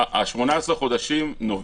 תראו,